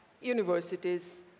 universities